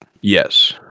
Yes